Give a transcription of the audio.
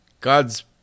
God's